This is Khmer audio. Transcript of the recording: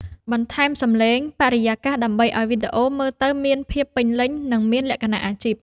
បន្ថែមសំឡេងបរិយាកាសដើម្បីឱ្យវីដេអូមើលទៅមានភាពពេញលេញ និង មានលក្ខណៈអាជីព។